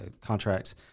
contracts